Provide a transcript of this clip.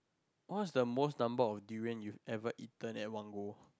what's the most number of durian you ever eaten at one go